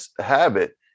habit